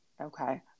Okay